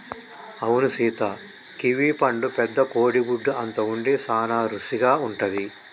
అవును సీత కివీ పండు పెద్ద కోడి గుడ్డు అంత ఉండి సాన రుసిగా ఉంటది